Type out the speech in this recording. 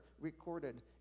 recorded